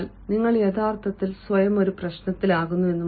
അതിനാൽ നിങ്ങൾ യഥാർത്ഥത്തിൽ സ്വയം ഒരു പ്രശ്നത്തിലാകുന്നു